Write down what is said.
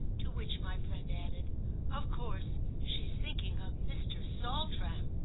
to which my friend added of course she's thinking of mr. saltram.